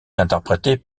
interprétée